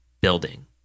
building